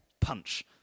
punch